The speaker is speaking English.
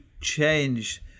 change